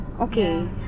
Okay